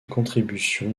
contribution